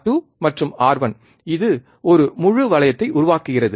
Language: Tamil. R2 மற்றும் R1 இது ஒரு முழு வளையத்தை உருவாக்குகிறது